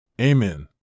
Amen